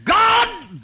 God